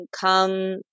come